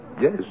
yes